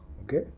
Okay